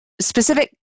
specific